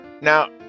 Now